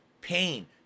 pain